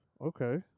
Okay